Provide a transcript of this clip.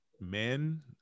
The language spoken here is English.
men